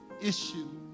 issue